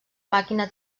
màquina